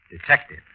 Detective